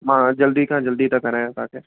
मां जल्दी खां जल्दी था करायो तव्हांखे